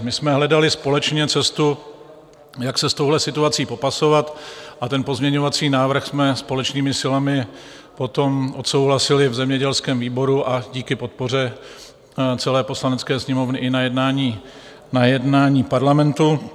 My jsme hledali společně cestu, jak se s touhle situací popasovat, a ten pozměňovací návrh jsme společnými silami potom odsouhlasili v zemědělském výboru a díky podpoře celé Poslanecké sněmovny i na jednání Parlamentu.